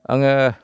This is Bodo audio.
आङो